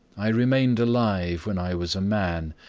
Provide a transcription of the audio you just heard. i remained alive when i was a man,